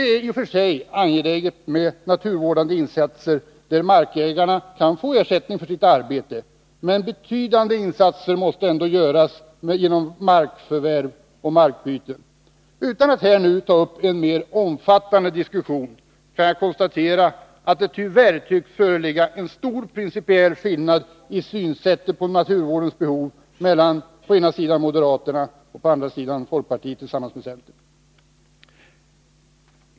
Det är i och för sig angeläget med naturvårdande insatser där markägarna kan få ersättning för sitt arbete, men betydande insatser måste ändå göras genom markförvärv och markbyten. Utan att ta upp en mer omfattande diskussion kan jag konstatera att det tyvärr tycks föreligga en stor principiell skillnad i synsättet när det gäller naturvårdens behov mellan å ena sidan moderaterna och å andra sidan centern och folkpartiet.